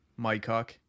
Mycock